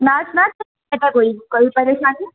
में में कल पैह्लें सनागी